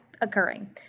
occurring